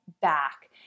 back